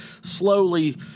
slowly